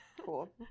Cool